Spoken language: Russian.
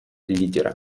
лидера